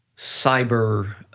cyber